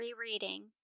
Rereading